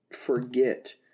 forget